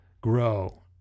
grow